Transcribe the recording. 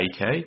AK